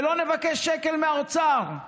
ולא נבקש שקל מהאוצר.